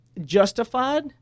justified